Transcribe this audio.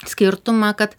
skirtumą kad